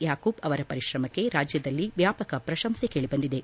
ಯಾಕೂಬ್ ಅವರ ಪರಿಶ್ರಮಕ್ಕೆ ರಾಜ್ಯದಲ್ಲಿ ವ್ಯಾಪಕ ಪ್ರಶಂಸೆ ಕೇಳಿಬಂದಿದೆ